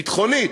ביטחונית,